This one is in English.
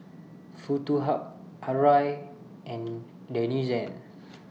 Foto Hub Arai and Denizen